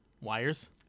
Wires